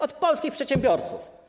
Od polskich przedsiębiorców.